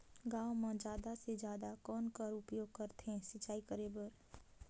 गांव म जादा से जादा कौन कर उपयोग करथे सिंचाई करे बर?